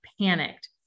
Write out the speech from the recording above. panicked